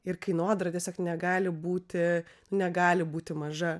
ir kainodara tiesiog negali būti negali būti maža